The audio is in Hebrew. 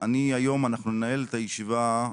היום אנחנו ננהל את הישיבה,